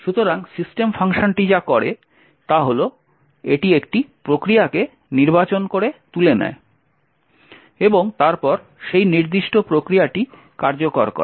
সুতরাং সিস্টেম ফাংশনটি যা করে তা হল এটি একটি প্রক্রিয়াকে নির্বাচন করে তুলে নেয় এবং তারপর সেই নির্দিষ্ট প্রক্রিয়াটি কার্যকর করে